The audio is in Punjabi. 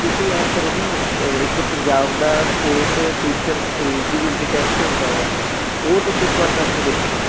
ਤੁਸੀਂ ਐਂ ਕਰੋ ਨਾ ਕ ਇੱਕ ਪੰਜਾਬ ਦਾ ਸਟੇਟ ਟੀਚਰ ਇਲੀਜੀਬਿਲਟੀ ਟੈਸਟ ਹੁੰਦਾ ਗਾ ਉਹ ਤੁਸੀਂ ਇੱਕ ਵਾਰ ਕਰਕੇ ਦੇਖੋ